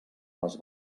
les